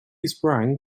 sprang